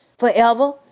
forever